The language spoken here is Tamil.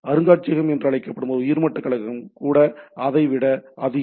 அருங்காட்சியகம் என்று அழைக்கப்படும் ஒரு உயர்மட்ட களமும் கூட அதை விட அதிகம்